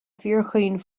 fíorchaoin